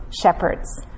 shepherds